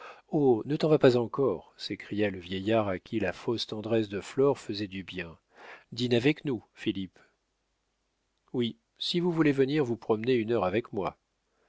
ne t'en va pas encore s'écria le vieillard à qui la fausse tendresse de flore faisait du bien dîne avec nous philippe oui si vous voulez venir vous promener une heure avec moi